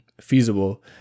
feasible